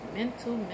Mental